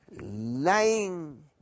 lying